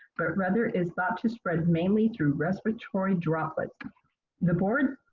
but rather is thought to spread mainly through respiratory droplets the board